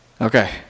Okay